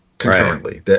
Concurrently